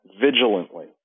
vigilantly